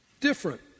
Different